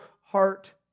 heart